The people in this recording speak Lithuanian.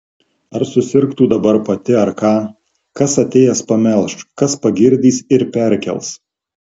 ar susirgtų dabar pati ar ką kas atėjęs pamelš kas pagirdys ir perkels